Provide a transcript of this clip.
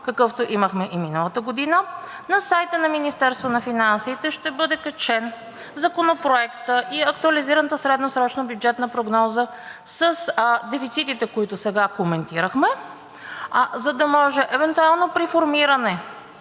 какъвто имахме и миналата година. На сайта на Министерството на финансите ще бъде качен Законопроектът и актуализираната средносрочна бюджетна прогноза с дефицитите, които сега коментирахме, за да може евентуално при формиране